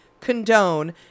condone